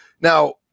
Now